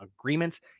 agreements